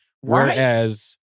Whereas